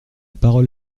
parole